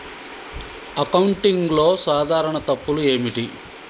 అకౌంటింగ్లో సాధారణ తప్పులు ఏమిటి?